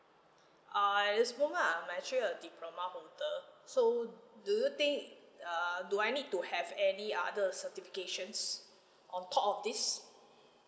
err at this moment I'm actually a diploma holder so do you think uh do I need to have any other certifications on top of this